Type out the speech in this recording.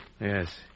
Yes